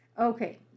Okay